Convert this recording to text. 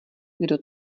kdo